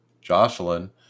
Jocelyn